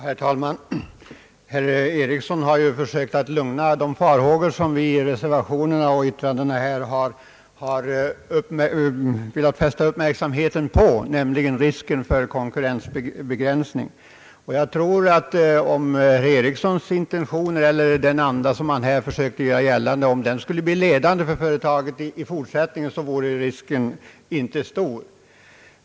Herr talman! Herr John Ericsson har ju försökt lugna oss för de farhågor som vi i reservationer och anföranden har velat framföra om risken för konkurrensbegränsning. Jag tror att om herr Ericssons intentioner eller den anda som han här försökte göra gällande skulle bli ledande för företaget i fortsättningen, så vore risken inte stor.